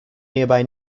nearby